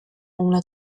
una